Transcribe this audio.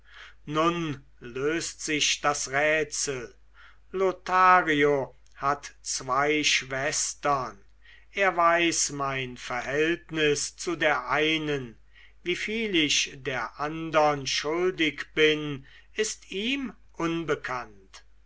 nun löst sich das rätsel lothario hat zwei schwestern er weiß mein verhältnis zu der einen wieviel ich der andern schuldig bin ist ihm unbekannt